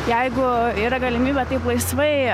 jeigu yra galimybė taip laisvai